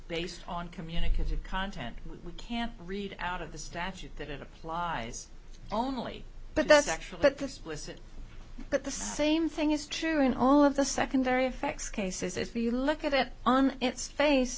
based on communicative content we can't read out of the statute that it applies only but that's actual but this was the same thing is true in all of the secondary effects cases if you look at it on its face